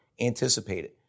anticipated